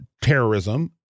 terrorism